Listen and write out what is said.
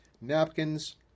napkins